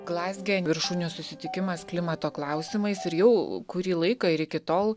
glazge viršūnių susitikimas klimato klausimais ir jau kurį laiką ir iki tol